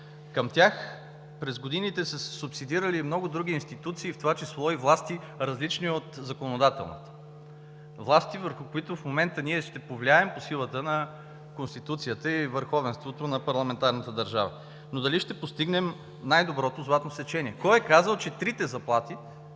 Към тях през годините са се субсидирали много други институции, в това число и власти, различни от законодателната – власти, върху които в момента ние ще повлияем по силата на Конституцията и върховенството на парламентарната държава. Но дали ще постигнем най-доброто златно сечение? Кой е казал, че трите заплати,